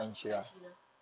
kak inshira